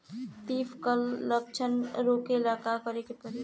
Leaf curl लक्षण रोकेला का करे के परी?